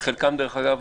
דרך אגב,